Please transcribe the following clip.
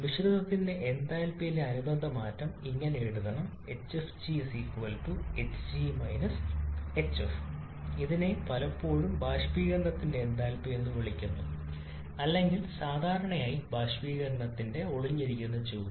മിശ്രിതത്തിന്റെ എന്തൽപിയിലെ അനുബന്ധ മാറ്റം ഇങ്ങനെ എഴുതണം hfg hg hf ഇതിനെ പലപ്പോഴും ബാഷ്പീകരണത്തിന്റെ എന്തൽപി എന്ന് വിളിക്കുന്നു അല്ലെങ്കിൽ സാധാരണയായി ബാഷ്പീകരണത്തിന്റെ ഒളിഞ്ഞിരിക്കുന്ന ചൂട്